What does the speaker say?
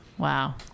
Wow